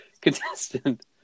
Contestant